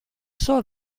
saw